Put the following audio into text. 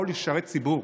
באו לשרת ציבור,